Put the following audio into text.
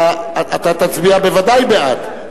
אתה תצביע בוודאי בעד.